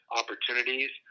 opportunities